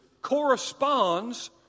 corresponds